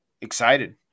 Excited